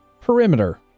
perimeter